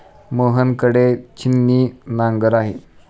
मोहन कडे छिन्नी नांगर आहे